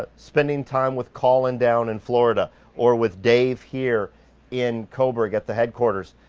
but spending time with colin down in florida or with dave here in coburg at the headquarters.